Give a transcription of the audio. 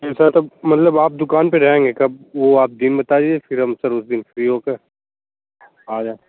नहीं सर तब मतलब आप दुकान पर रहेंगे कब वो आप दिन बताइए फिर हम सब उस दिन फ्री हो कर आ जाएं